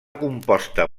composta